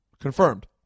Confirmed